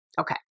Okay